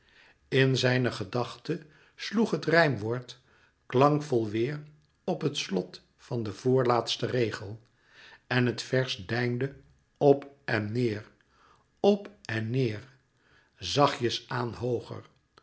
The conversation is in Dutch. in zijne gedachte sloeg het rijmwoord klankvol weêr op het slot van den voorlaatsten regel en het vers deinde op en neêr op en neêr zachtjes aan hooger